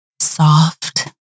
soft